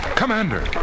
commander